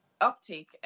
uptake